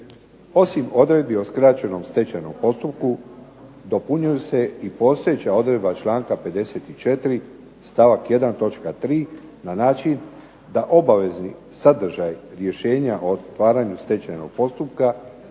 osim odredbi o skraćenom stečajnom postupku dopunjuju se i postojeća odredba članka 54. stavak 1. točka 3. na način da obavezni sadržaji, rješenja o otvaranju stečajnog postupka